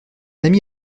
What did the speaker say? ami